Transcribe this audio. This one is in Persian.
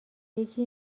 یکی